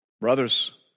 Brothers